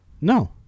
No